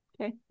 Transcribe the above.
okay